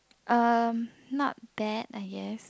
uh not bad I guess